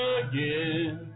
again